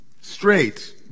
straight